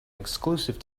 exclusive